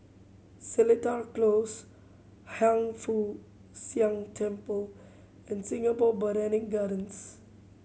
Seletar Close Hiang Foo Siang Temple and Singapore Botanic Gardens